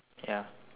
ya